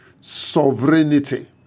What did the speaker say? sovereignty